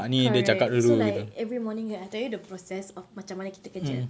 correct so like every morning okay I tell you the process of macam mana kita kerja